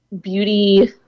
beauty